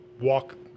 walk